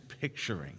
picturing